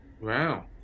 Wow